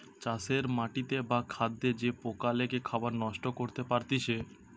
চাষের মাটিতে বা খাদ্যে যে পোকা লেগে খাবার নষ্ট করতে পারতিছে